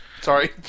Sorry